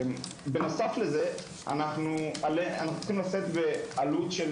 בנוסף לזה אנחנו צריכים לשאת בעלות של